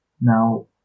Now